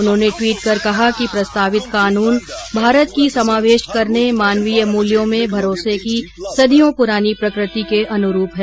उन्होंने टवीट कर कहा कि प्रस्तावित कानून भारत की समावेश करने मानवीय मुल्यों में भरोसे की सदियों पुरानी प्रकृति के अनुरुप है